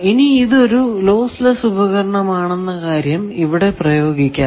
ഇനി ഇത് ഒരു ലോസ് ലെസ്സ് ഉപകരണം ആണെന്ന കാര്യം ഇവിടെ പ്രായോഗിക്കാം